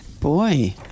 Boy